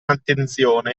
attenzione